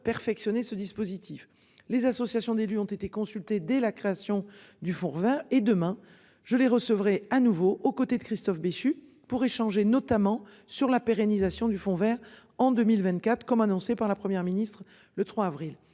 perfectionner ce dispositif. Les associations d'élus ont été consultés. Dès la création du fonds 20 et demain je les recevrai à nouveau aux côtés de Christophe Béchu pour échanger notamment sur la pérennisation du fonds Vert en 2024 comme annoncé par la Première ministre le 3 avril,